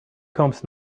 comes